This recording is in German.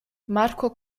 marco